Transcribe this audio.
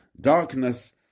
darkness